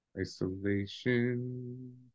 Isolation